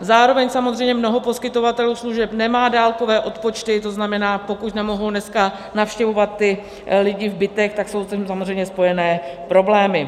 Zároveň samozřejmě mnoho poskytovatelů služeb nemá dálkové odpočty, to znamená, pokud nemohou dneska navštěvovat ty lidi v bytech, tak jsou s tím samozřejmě spojené problémy.